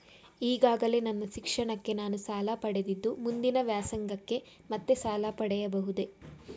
ಈಗಾಗಲೇ ನನ್ನ ಶಿಕ್ಷಣಕ್ಕೆ ನಾನು ಸಾಲ ಪಡೆದಿದ್ದು ಮುಂದಿನ ವ್ಯಾಸಂಗಕ್ಕೆ ಮತ್ತೆ ಸಾಲ ಪಡೆಯಬಹುದೇ?